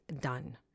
done